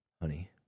honey